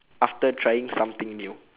after trying something new